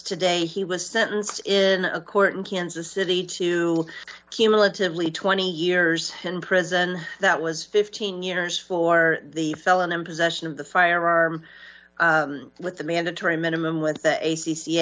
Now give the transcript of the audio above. today he was sentenced in a court in kansas city to cumulatively twenty years in prison that was fifteen years for the felon in possession of the firearm with the mandatory minimum with the a c c